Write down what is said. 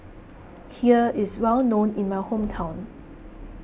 Kheer is well known in my hometown